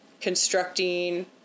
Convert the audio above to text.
constructing